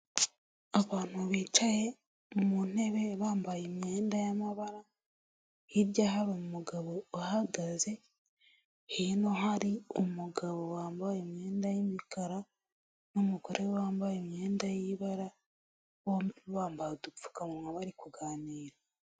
Abantu bicaye mu ntebe bambaye imyenda y'amabara hirya hari umugabo uhagaze hino hari umugabo wambaye imyenda y'imikara n'umugore wambaye imyenda y'ibara bombi bambaye udupfukamuwa bari kuganira.